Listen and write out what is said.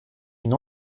une